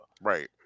right